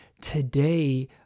Today